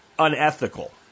unethical